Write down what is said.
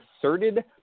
asserted